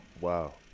Wow